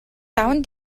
даван